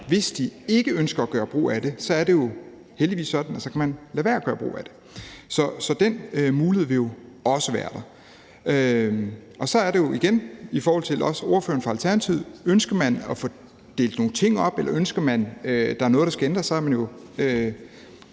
hvis de ikke ønsker at gøre brug af det, er det jo heldigvis sådan, at man kan lade være med at gøre brug af det. Så den mulighed vil jo også være der. I forhold til ordføreren for Alternativet er der igen det, at ønsker man at få delt nogle ting op, eller at noget skal ændres, er det jo